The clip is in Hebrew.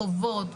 חובות,